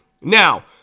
Now